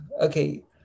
Okay